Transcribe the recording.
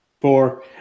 Four